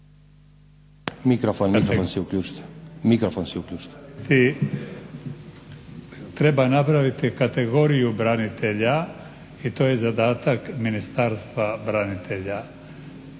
mikrofon si uključite.